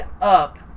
up